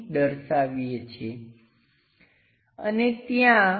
તેથી તે પણ સામેનો દેખાવ હોઈ શકે નહીં